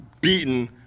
beaten